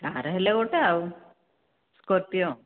ଯାହାର ହେଲେ ଗୋଟେ ଆଉ କରିଦିଅ